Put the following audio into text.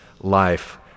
life